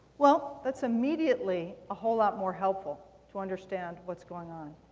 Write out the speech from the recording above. well, that's immediately a whole lot more helpful to understand what's going on.